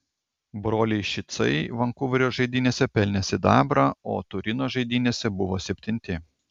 broliai šicai vankuverio žaidynėse pelnė sidabrą o turino žaidynėse buvo septinti